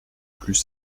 plus